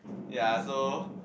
ya so